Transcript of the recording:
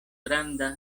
granda